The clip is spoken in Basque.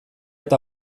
eta